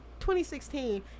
2016